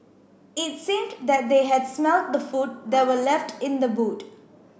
it seemed that they had smelt the food that were left in the boot